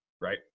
Right